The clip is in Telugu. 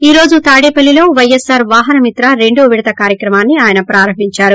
ఈ రోజు తాడేపల్లిలో పైఎస్సార్ వాహనమిత్ర రెండో విడత కార్యక్రమాన్సి ఆయన ప్రారంభిందారు